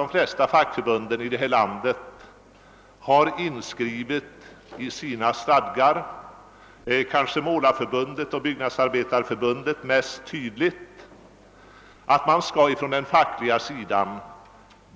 De flesta fackförbund i vårt land har i sina stadgar skrivit in att man på fackligt håll skall